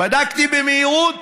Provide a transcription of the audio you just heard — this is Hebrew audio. בדקתי במהירות,